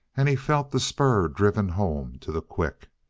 and he felt the spur driven home to the quick.